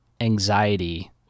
anxiety